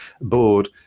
board